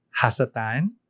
Hasatan